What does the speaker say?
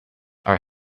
are